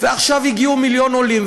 ועכשיו הגיעו מיליון עולים,